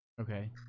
Okay